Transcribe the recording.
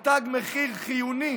הוא תג מחיר חיוני